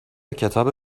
کتاب